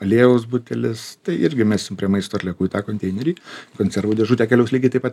aliejaus butelis tai irgi mesim prie maisto atliekų į tą konteinerį konservų dėžutė keliaus lygiai taip pat